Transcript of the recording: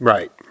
Right